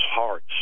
hearts